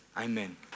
Amen